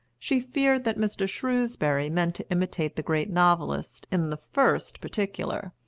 she feared that mr. shrewsbury meant to imitate the great novelist in the first particular,